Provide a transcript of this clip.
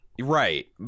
right